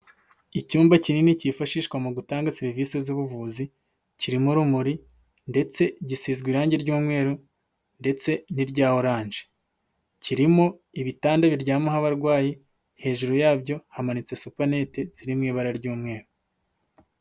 Icyumba kinini cyifashishwa mu gutanga serivisi z'ubuvuzi, kirimo urumuri ndetse gisizwe irangi ry'umweru ndetse n'irya oranje, kirimo ibitande biryamaho abarwayi, hejuru yabyo hamanitse supamanete ziri mu ibara ry'umweru.